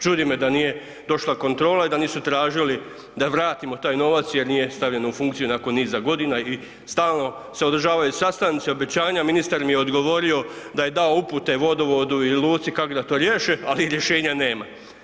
Čudi me da nije došla kontrola i da nisu tražili da vratimo taj novac jer nije stavljen u funkciju nakon niza godina i stalno se održavaju sastanci, obećanja, ministar mi je odgovorio da je dao upute vodovodu i luci kako da riješe, ali rješenja nema.